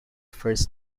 first